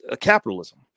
capitalism